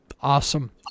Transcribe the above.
Awesome